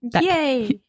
Yay